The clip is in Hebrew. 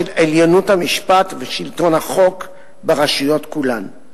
עליונות המשפט ושלטון החוק ברשויות כולן.